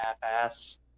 half-ass